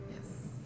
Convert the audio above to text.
Yes